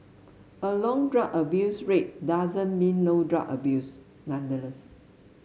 a long drug abuse rate doesn't mean no drug abuse nonetheless